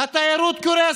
התיירות קורסת,